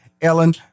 Ellen